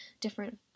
different